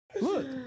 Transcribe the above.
Look